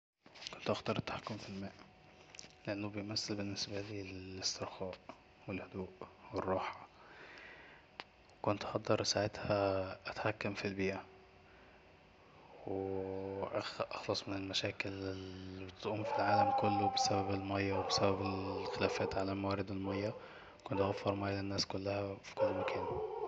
كنت هختار التحكم في الماء لأنهب بيمثل بالنسبالي الأسترخاء والهدوء والراحة كنت هقدر ساعتها أتحكم في البيئة وأخلص من المشاكل اللي بتقوم في العالم كله بسبب الميه وبسبب الخلافات على موارد الميه كنت هوفر ميه للناس كلها وفي كل مكان